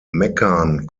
meccan